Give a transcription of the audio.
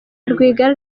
rwigara